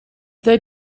the